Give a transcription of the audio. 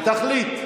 תחליט.